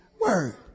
word